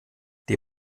die